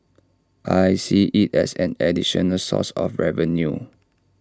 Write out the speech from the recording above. I see IT as an additional source of revenue